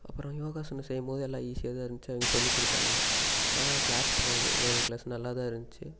அப்புறம் யோகாசனம் செய்யும் போது எல்லாம் ஈஸியாக தான் இருந்துச்சு எனக்கு சொல்லிக் கொடுத்தாங்க நான் கிளாஸ் போன யோகா கிளாஸ் நல்லா தான் இருந்துச்சு